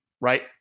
right